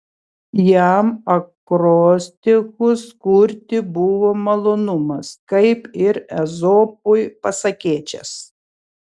jam akrostichus kurti buvo malonumas kaip ir ezopui pasakėčias